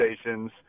stations